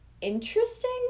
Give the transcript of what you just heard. interesting